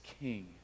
King